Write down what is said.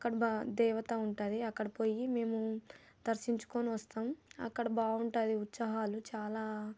అక్కడ దేవత ఉంటుంది అక్కడ పోయి మేము దర్శించుకొని వస్తాం అక్కడ బాగుంటుంది ఉత్సవాలు చాలా